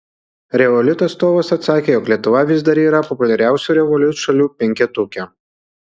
revolut atstovas atsakė jog lietuva vis dar yra populiariausių revolut šalių penketuke